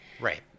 Right